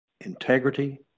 Integrity